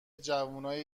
جوونای